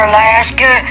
Alaska